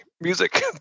music